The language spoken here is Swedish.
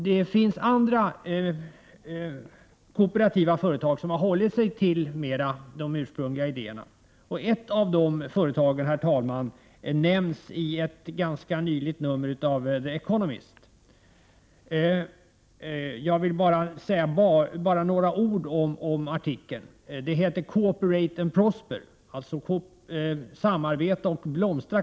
Det finns andra kooperativa företag som har hållit sig mer till de ursprungliga idéerna. Ett av de företagen nämns i ett ganska nytt nummer av The Economist. Artikeln har rubriken ”Co-operate and prosper”, vilket är ungefär detsamma som ”samarbeta och blomstra”.